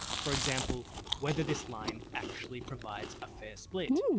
for example whether this line actually provides a fair split.